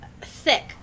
thick